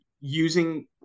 using